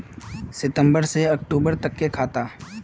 सितम्बर से अक्टूबर तक के खाता?